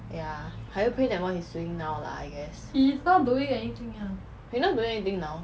ya higher pay never mind what's he doing now I guess he's not doing anything now